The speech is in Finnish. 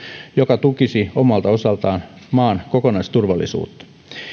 joka tukisi omalta osaltaan maan kokonaisturvallisuutta